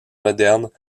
modernes